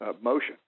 motion